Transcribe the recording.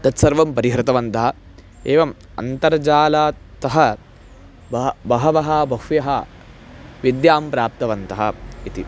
तत्सर्वं परिहृतवन्तः एवम् अन्तर्जालतः बह बहवः बह्व्यः विद्यां प्राप्तवन्तः इति